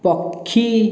ପକ୍ଷୀ